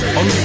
on